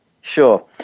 sure